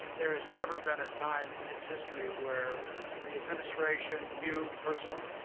there has never been a time in it's history where the administration, you personally,